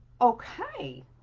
Okay